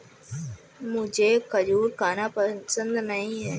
मुझें खजूर खाना पसंद नहीं है